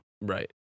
Right